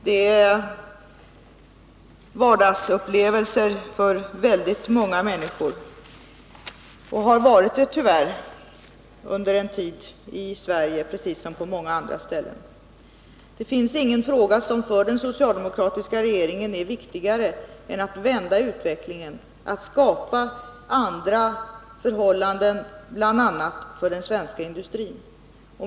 Det är vardagsupplevelser för väldigt många människor och har varit det under en tid i Sverige precis som på många andra ställen. Det finns ingen fråga som för den socialdemokratiska regeringen är viktigare än att vända utvecklingen, att skapa andra förhållanden, bl.a. för den svenska industrin.